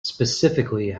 specifically